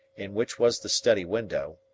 in which was the study window,